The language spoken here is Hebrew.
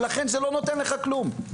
ולכן זה לא נותן לך כלום.